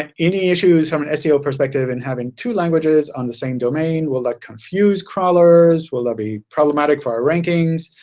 and any issues from an seo perspective in having two languages on the same domain? will that confuse crawlers? will that be problematic for our rankings?